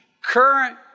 current